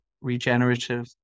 regenerative